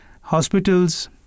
Hospitals